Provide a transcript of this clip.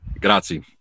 Grazie